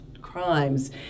crimes